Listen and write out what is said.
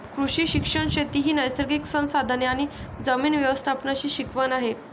कृषी शिक्षण शेती ही नैसर्गिक संसाधने आणि जमीन व्यवस्थापनाची शिकवण आहे